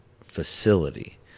facility